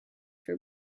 for